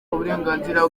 uburenganzira